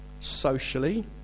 socially